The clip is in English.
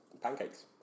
pancakes